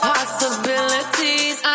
Possibilities